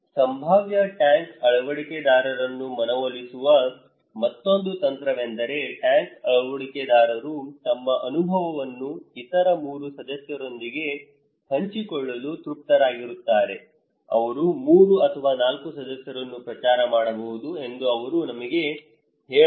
ಸಂಭಾವ್ಯ ಟ್ಯಾಂಕ್ ಅಳವಡಿಕೆದಾರರನ್ನು ಮನವೊಲಿಸುವ ಮತ್ತೊಂದು ತಂತ್ರವೆಂದರೆ ಟ್ಯಾಂಕ್ ಅಳವಡಿಕೆದಾರರು ತಮ್ಮ ಅನುಭವವನ್ನು ಇತರ 3 ಸದಸ್ಯರೊಂದಿಗೆ ಹಂಚಿಕೊಳ್ಳಲು ತೃಪ್ತರಾಗುತ್ತಾರೆ ಅವರು 3 ಅಥವಾ 4 ಸದಸ್ಯರನ್ನು ಪ್ರಚಾರ ಮಾಡಬಹುದು ಎಂದು ಅವರು ನಮಗೆ ಹೇಳಬಹುದು